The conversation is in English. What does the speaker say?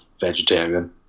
vegetarian